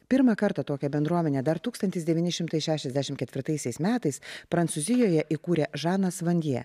pirmą kartą tokią bendruomenę dar tūkstantis devyni šimtai šešiasdešimt ketvirtaisiais metais prancūzijoje įkūrė žanas vandjė